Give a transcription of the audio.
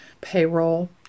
payroll